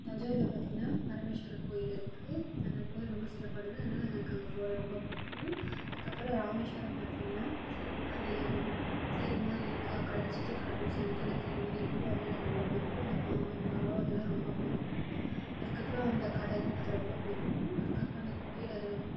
தஞ்சாவூரில் பார்த்திங்ன்னா பரமேஸ்வரர் கோவில் இருக்குது அந்த கோயில் ரொம்ப சிறப்பானது அதனால் அங்கே எனக்கு அங்கே போகிறது ரொம்ப பிடிக்கும் அதுக்கு அப்புறம் ராமேஸ்வரம் பார்த்திங்ன்னா அது தீவு மாதிரி இருக்கா கடல் சுத்தி கடல் சென்டரில் தீவு மாதிரி இருக்கும் அதனால் எனக்கு ரொம்ப பிடிக்கும் அந்த பாம்பன் பாலம் அதெல்லாம் ரொம்ப பிடிக்கும் அதுக்கப்புறம் அந்த கடல் அது ரொம்ப பிடிக்கும் அதுக்கு அப்புறம் அந்த கோயில் அதோடய